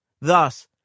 Thus